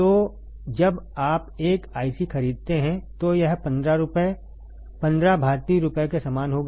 तो जब आप एक आईसी खरीदते हैं तो यह 15 रुपये 15 भारतीय रुपये के समान होगा